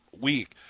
week